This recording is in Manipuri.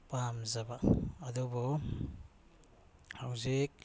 ꯄꯥꯝꯖꯕ ꯑꯗꯨꯕꯨ ꯍꯧꯖꯤꯛ